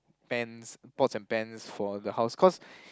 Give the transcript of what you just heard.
pans pots and pans for the house cause